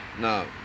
No